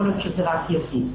יכול להיות שזה רק יזיק.